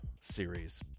series